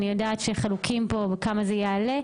אני יודעת שחלוקים פה, כמה זה יעלה.